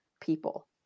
people